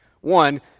One